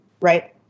right